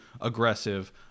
aggressive